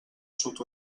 sud